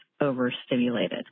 overstimulated